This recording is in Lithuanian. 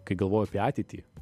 kai galvoju apie ateitį